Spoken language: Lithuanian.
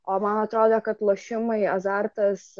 o man atrodė kad lošimai azartas